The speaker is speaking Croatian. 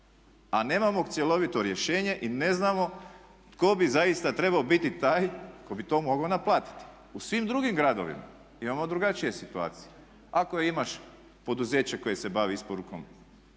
a nemamo cjelovito rješenje i ne znamo tko bi zaista trebao biti taj tko bi to mogao naplatiti. U svim drugim gradovima imamo drugačije situacije. Ako imaš poduzeće koje se bavi isporukom